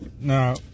now